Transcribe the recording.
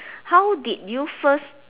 how did you first